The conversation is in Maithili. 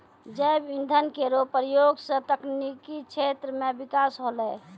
जैव इंधन केरो प्रयोग सँ तकनीकी क्षेत्र म बिकास होलै